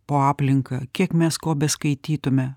po aplinką kiek mes ko beskaitytume